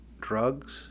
drugs